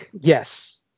Yes